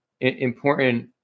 important